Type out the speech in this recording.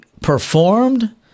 performed